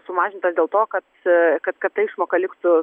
sumažintas dėl to kad a kad kad ta išmoka liktų